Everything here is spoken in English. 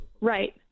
right